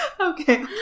Okay